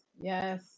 Yes